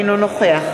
אינו נוכח